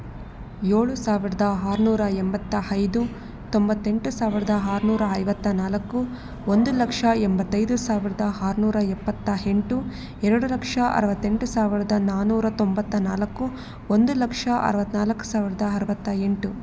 ಏಳು ಸಾವಿರದ ಆರ್ನೂರ ಎಂಬತ್ತ ಐದು ತೊಂಬತ್ತೆಂಟು ಸಾವಿರದ ಆರ್ನೂರ ಐವತ್ತ ನಾಲ್ಕು ಒಂದು ಲಕ್ಷ ಎಂಬತ್ತೈದು ಸಾವಿರದ ಆರ್ನೂರ ಎಪ್ಪತ್ತ ಎಂಟು ಟು ಎರಡು ಲಕ್ಷ ಅರುವತ್ತೆಂಟು ಸಾವಿರದ ನಾನ್ನೂರ ತೊಂಬತ್ತ ನಾಲ್ಕು ಒಂದು ಲಕ್ಷ ಅರುವತ್ತ್ನಾಲ್ಕು ಸಾವಿರದ ಅರುವತ್ತ ಎಂಟು